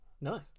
nice